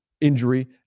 injury